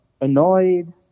annoyed